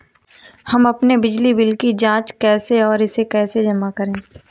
हम अपने बिजली बिल की जाँच कैसे और इसे कैसे जमा करें?